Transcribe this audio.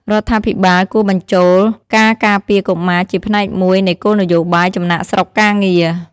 រដ្ឋាភិបាលគួរបញ្ចូលការការពារកុមារជាផ្នែកមួយនៃគោលនយោបាយចំណាកស្រុកការងារ។